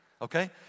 okay